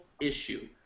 issue